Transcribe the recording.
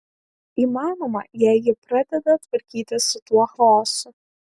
įmanoma jei ji pradeda tvarkytis su tuo chaosu